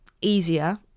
easier